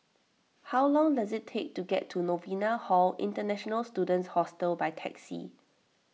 how long does it take to get to Novena Hall International Students Hostel by taxi